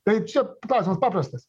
tai čia klausimas paprastas